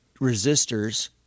resistors